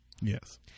Yes